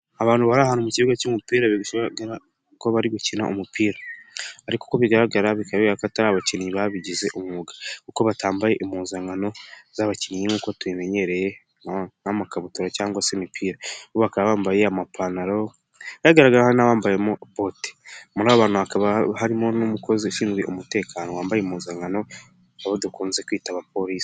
Abantu bari ahantu mu kibuga cy'umupira, bigaragarako bari gukina umupira ariko bigaragara ko atari abakinnyi babigize umwuga kuko batambaye impuzankano z'abakinnyi. Nk'uko tubimenyereye amakabutura cyangwa se imipira, bo bakaba bambaye amapantaro hari n'abambaye bote. Muri abo bantu harimo n'umukozi ushinzwe umutekano wambaye impuzankano abodakunze kwita abapolisi.